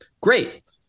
great